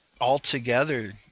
altogether